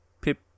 Pip